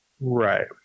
Right